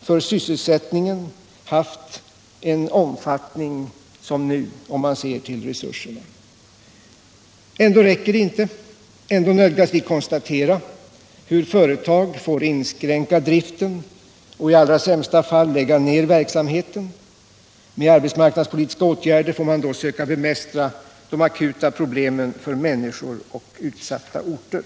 för sysselsättningen haft en omfattning som nu, om man ser till resurserna. Men det räcker inte. Ändå nödgas vi konstatera hur företag får inskränka driften och i allra sämsta fall lägga ned verksamheten. Med arbetsmarknadspolitiska åtgärder får man då söka bemästra de akuta problemen för människor och utsatta orter.